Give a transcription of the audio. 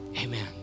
amen